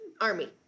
Army